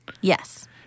Yes